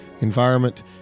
environment